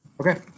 Okay